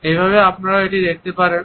এইভাবে আপনারা এটি দেখতে পারেন